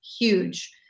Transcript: huge